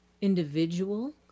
individual